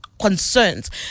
concerns